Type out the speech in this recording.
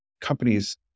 companies